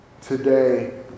today